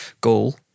goal